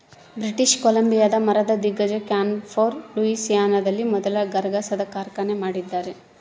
British ಕೊಲಂಬಿಯಾದ ಮರದ ದಿಗ್ಗಜ ಕ್ಯಾನ್ಫೋರ್ ಲೂಯಿಸಿಯಾನದಲ್ಲಿ ಮೊದಲ ಗರಗಸದ ಕಾರ್ಖಾನೆ ಮಾಡಿದ್ದಾರೆ